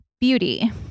Beauty